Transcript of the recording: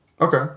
Okay